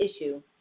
issue